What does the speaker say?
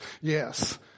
Yes